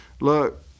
look